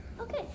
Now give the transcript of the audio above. Okay